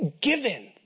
given